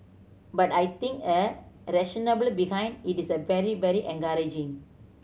but I think a rationale will behind it is very very encouraging